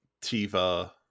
Tiva